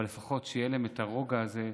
אבל לפחות שיהיה להם את הרוגע הזה,